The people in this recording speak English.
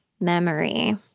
memory